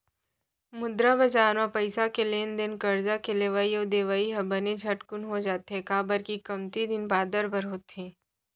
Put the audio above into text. मुद्रा बजार म पइसा के लेन देन करजा के लेवई अउ देवई ह बने झटकून हो जाथे, काबर के कमती दिन बादर बर होथे